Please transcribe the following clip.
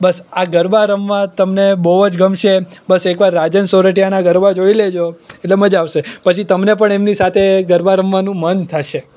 બસ આ ગરબા રમવા તમને બહુ જ ગમશે બસ એક વાર રાજન સોરઠિયાના ગરબા જોઈ લેજો એટલે મજા આવશે પછી તમને પણ એમની સાથે ગરબા રમવાનું મન થશે